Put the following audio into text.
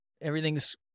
Everything's